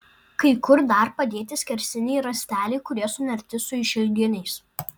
kai kur dar padėti skersiniai rąsteliai kurie sunerti su išilginiais